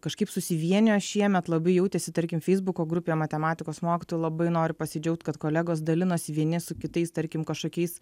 kažkaip susivienijo šiemet labai jautėsi tarkim feisbuko grupėj matematikos mokytojų labai noriu pasidžiaugt kad kolegos dalinosi vieni su kitais tarkim kažkokiais